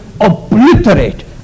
obliterate